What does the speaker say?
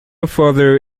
further